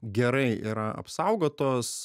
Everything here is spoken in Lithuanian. gerai yra apsaugotos